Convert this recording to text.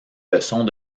leçons